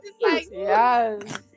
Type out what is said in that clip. yes